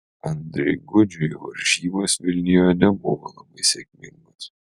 andriui gudžiui varžybos vilniuje nebuvo labai sėkmingos